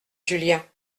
julien